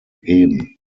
geben